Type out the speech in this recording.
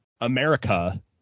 America